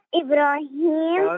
ibrahim